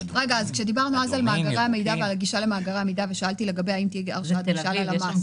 כשדיברנו על הגישה למאגרי המידע ושאלתי האם תהיה הרשאת גישה ללמ"ס,